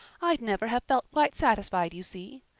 i'd never have felt quite satisfied, you see.